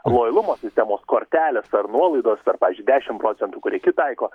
lojalumo sistemos kortelės ar nuolaidos ar pavyzdžiui dešimt procentų kur iki taiko